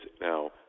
now